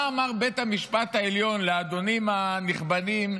מה אמר בית המשפט העליון לאדונים הנכבדים,